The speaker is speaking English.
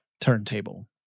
turntable